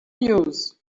news